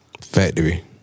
Factory